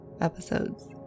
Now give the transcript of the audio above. episodes